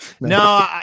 No